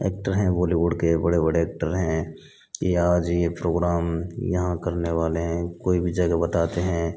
actor हैं बॉलीवुड के बड़े बड़े एक्टर हैं कि आज यह प्रोग्राम यहाँ करने वाले हैं कोई भी जगह बताते हैं